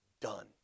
done